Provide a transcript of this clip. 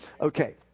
Okay